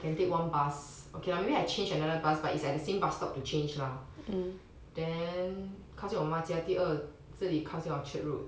can take one bus okay lah maybe I change another bus but it's at the same bus stop to change lah then 靠近我妈妈家第二这里靠近 orchard road